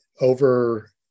over